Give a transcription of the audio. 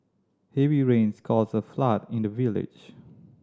heavy rains caused a flood in the village